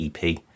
EP